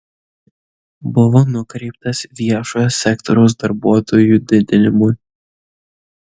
buvo nukreiptas viešojo sektoriaus darbuotojų didinimui